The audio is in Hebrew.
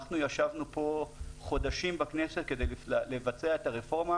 אנחנו ישבנו פה חודשים בכנסת כדי לבצע את הרפורמה,